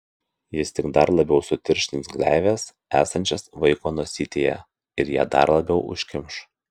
jis tik dar labiau sutirštins gleives esančias vaiko nosytėje ir ją dar labiau užkimš